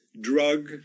drug